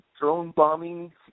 drone-bombing